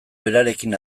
berarekin